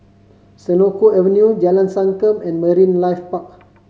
Senoko Avenue Jalan Sankam and Marine Life Park